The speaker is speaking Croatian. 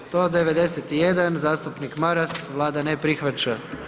191. zastupnik Maras, Vlada ne prihvaća.